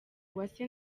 uwase